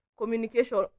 communication